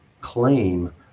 claim